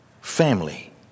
family